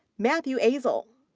matthew asel,